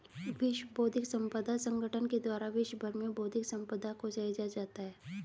विश्व बौद्धिक संपदा संगठन के द्वारा विश्व भर में बौद्धिक सम्पदा को सहेजा जाता है